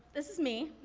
this is me.